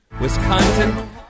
Wisconsin